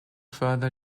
further